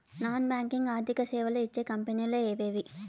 Non banking ఆర్థిక సేవలు ఇచ్చే కంపెని లు ఎవేవి?